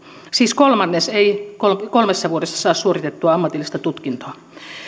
siis kolmannes ei kolmessa vuodessa saa suoritettua ammatillista tutkintoa